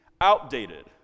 outdated